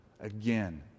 Again